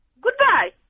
Goodbye